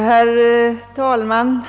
Herr talman!